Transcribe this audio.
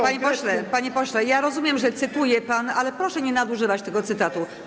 Panie pośle, panie pośle, ja rozumiem, że pan cytuje, ale proszę nie nadużywać tego cytatu.